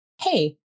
hey